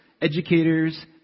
educators